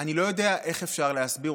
שאני לא יודע איך אפשר להסביר,